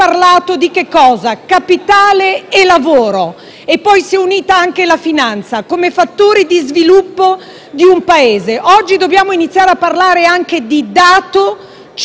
poi si è unita la finanza come fattore di sviluppo di un Paese. Oggi dobbiamo iniziare a parlare anche di dato centrale nell'economia reale,